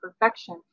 perfection